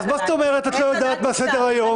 -- מה זאת אומרת את לא יודעת מה סדר היום?